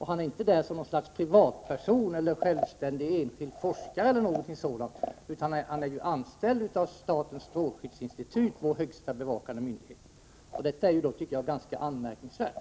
Han var inte där som något slags privatperson, självständig enskild forskare eller någonting sådant, utan han är ju anställd av statens strålskyddsinstitut, vår högsta bevakande myndighet. Detta tycker jag är ganska anmärkningsvärt.